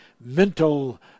mental